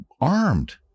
armed